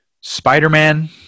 spider-man